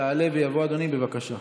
יעלה ויבוא אדוני, בבקשה.